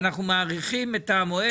לשוויץ,